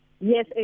Yes